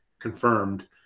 confirmed